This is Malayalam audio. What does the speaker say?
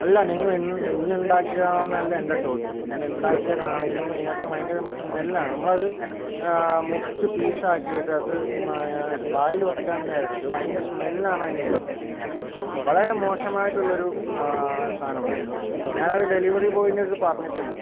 അല്ല നിങ്ങള് ഇന്ന് ഇന്നുണ്ടാക്കിയതാണൊന്നല്ല എൻ്റെ ചോദ്യം ഇന്നുണ്ടാക്കിയതാണെങ്കിലും അതിനകത്ത് നിന്നു ഭയങ്കര സ്മെല്ലാണ് നമ്മളത് മുറിച്ച് പീസാക്കിയിട്ട് അത് വായില് വയ്ക്കാൻ നേരത്ത് ഭയങ്കര സ്മെല്ലാണ് അതിന് വരുന്നത് വളരെ മോശമായിട്ടുള്ളൊരു സാധനമാണ് ഞാനത് ഡെലിവറി ബോയിൻറ്റടുത്ത് പറഞ്ഞിട്ടുണ്ട്